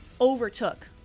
overtook